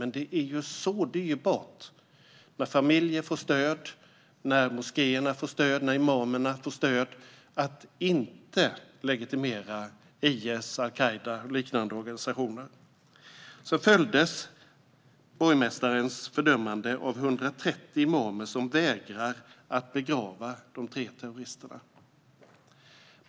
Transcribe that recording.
Men det är något dyrbart när familjer får stöd, när moskéerna får stöd och när imamerna får stöd i att inte legitimera IS, al-Qaida och liknande organisationer. Borgmästarens fördömanden följdes av 130 imamer, som vägrar att begrava de tre terroristerna.